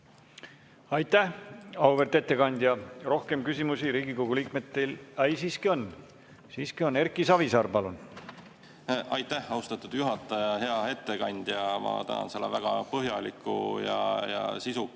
Aitäh, auväärt ettekandja! Rohkem küsimusi Riigikogu liikmetel ... Ai, siiski on. Erki Savisaar, palun! Aitäh, austatud juhataja! Hea ettekandja! Ma tänan selle väga põhjaliku ja sisuka